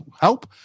help